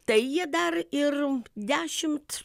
tai jie dar ir dešimt